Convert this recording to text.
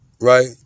right